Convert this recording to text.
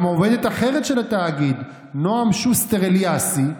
גם עובדת אחרת של התאגיד, נעם שוסטר אליאסי,